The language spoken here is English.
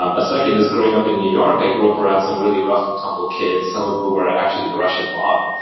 um a second is growing up in new york, i grew up around some really rough and tumble kids, some of whom were actually in the russian mob.